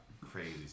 crazy